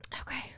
Okay